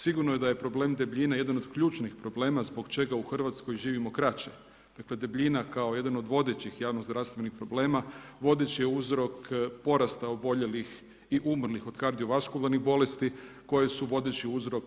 Sigurno je da je problem debljine jedan od ključnih problema zbog čega u Hrvatskoj živimo kraće, dakle debljina kao jedan od vodećih javnozdravstvenih problema, vodeći je uzrok porasta oboljelih i umrlih od kardiovaskularnih bolesti koje se u vodeći uzrok